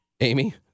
Amy